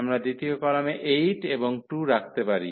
আমরা দ্বিতীয় কলামে 8 এবং 2 রাখতে পারি